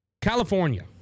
California